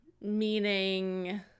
meaning